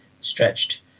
stretched